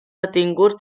detinguts